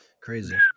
Crazy